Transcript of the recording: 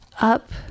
Up